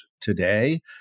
today